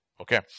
Okay